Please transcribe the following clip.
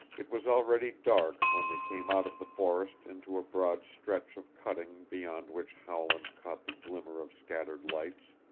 it was already dark when they came out of the forest into a broad stretch of cutting beyond which howland caught the glimmer of scattered lights.